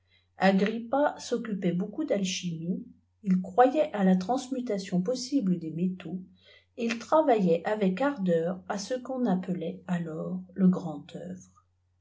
s'occupait neaucoup d'alchimie il croyait à la transmutation possible des métaux et il travaillait avec ardeur à ce que l'on appelait alors le grand œuvre